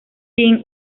sin